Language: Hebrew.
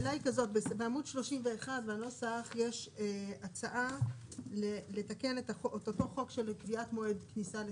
בעמוד 31 לנוסח יש הצעה לתקן את אותו חוק של קביעת מועד כניסה לתוקף,